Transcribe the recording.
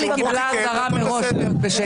טלי קיבלה אזהרה מראש בשקט,